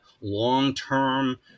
long-term